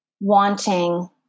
wanting